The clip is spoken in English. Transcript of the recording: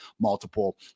multiple